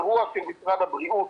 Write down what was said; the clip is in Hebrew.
אירוע של משרד הבריאות.